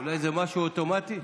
אולי זה משהו אוטומטי?